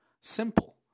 simple